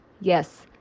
yes